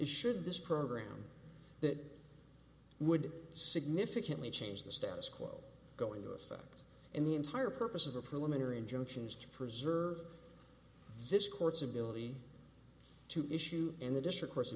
is should this program that would significantly change the status quo go into effect in the entire purpose of a preliminary injunction is to preserve this court's ability to issue in the district course